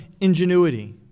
ingenuity